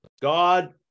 God